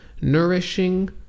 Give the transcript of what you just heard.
nourishing